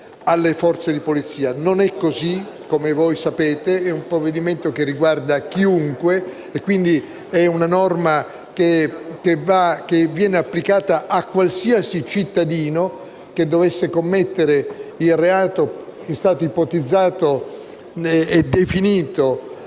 Non è così, come sapete. È un provvedimento che riguarda chiunque; è una norma applicata a qualunque cittadino dovesse commettere il reato che è stato ipotizzato e definito